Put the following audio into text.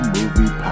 Movie